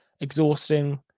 exhausting